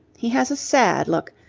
he has a sad look,